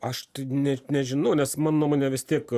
aš net nežinau nes mano nuomone vis tiek